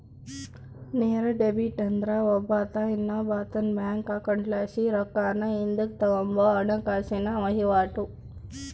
ನೇರ ಡೆಬಿಟ್ ಅಂದ್ರ ಒಬ್ಬಾತ ಇನ್ನೊಬ್ಬಾತುನ್ ಬ್ಯಾಂಕ್ ಅಕೌಂಟ್ಲಾಸಿ ರೊಕ್ಕಾನ ಹಿಂದುಕ್ ತಗಂಬೋ ಹಣಕಾಸಿನ ವಹಿವಾಟು